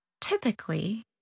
typically